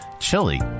chili